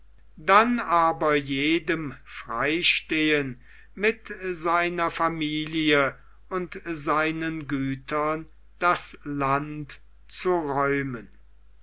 dann aber jedem freistehen mit seiner familie und seinen gütern das land zu räumen